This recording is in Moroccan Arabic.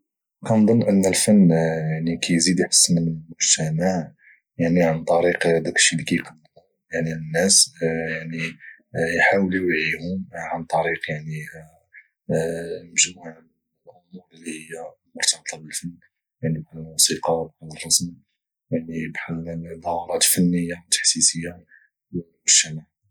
كنظن ان الفن كي يزيد يحسن المجتمع يعني عن طريق ذاك الشيء اللي كايقدمه الناس يعني حاولوا يوعيهم عن طريق مجموعه من الامور اللي هي مرتبطه بالفن يعني بحال الموسيقى بحال الرسم يعني بحال دورات فنيه تحسيسيه للمجتمع